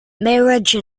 mirage